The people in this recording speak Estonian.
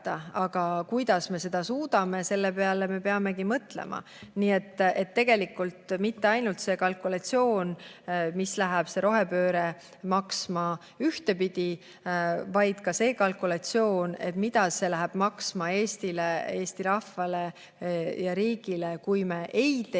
Aga kuidas me seda suudame, selle peale me peamegi mõtlema. Nii et tegelikult [pole vajalik] mitte ainult see kalkulatsioon, mis läheb see rohepööre maksma, vaid ka see kalkulatsioon, mida see läheb maksma Eestile, Eesti rahvale ja riigile, kui me ei tee